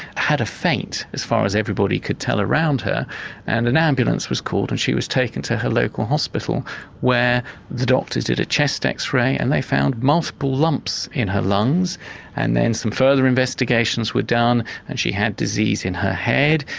had a faint as far as everybody could tell around her and an ambulance was called and she was taken to her local hospital where the doctors did a chest x-ray and they found multiple lumps in her lungs and then some further investigations were done and she had disease in her head,